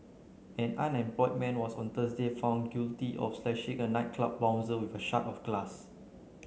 an unemployed man was on Thursday found guilty of slashing a nightclub bouncer with a shard of glass